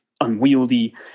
unwieldy